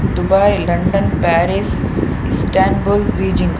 Dubai London Paris Istanbul Beijing